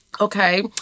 Okay